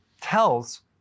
tells